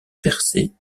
percer